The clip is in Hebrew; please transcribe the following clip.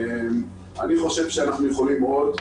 אני חושב שאנחנו יכולים עוד.